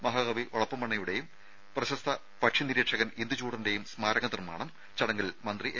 മഹാകവി ഒളപ്പമണ്ണയുടേയും പ്രശസ്ത പക്ഷി നിരീക്ഷകൻ ഇന്ദുചൂഡന്റെയും സ്മാരക നിർമ്മാണം ചടങ്ങിൽ മന്ത്രി എ